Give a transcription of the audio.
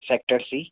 sector C